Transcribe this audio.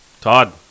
Todd